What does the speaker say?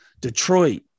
detroit